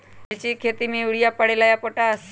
मिर्ची के खेती में यूरिया परेला या पोटाश?